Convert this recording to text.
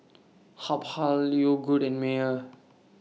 Habhal Yogood and Mayer